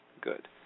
good